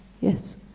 yes